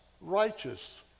righteous